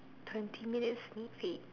twenty minutes is it